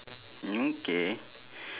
okay